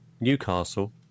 Newcastle